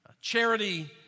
Charity